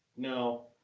no.